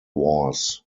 wars